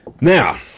now